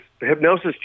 hypnosis